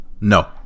No